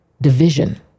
division